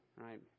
right